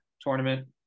tournament